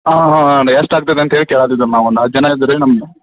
ಹಾಂ ಹಾಂ ಹಾಂ ಒಂದು ಎಷ್ಟು ಆಗ್ತೈತೆ ಅಂತ ಹೇಳಿ ಕೇಳೋದಿದ್ದೆ ನಾವೊಂದು ಹತ್ತು ಜನ ಇದ್ದೀವ್ರಿ ನಮ್ಮ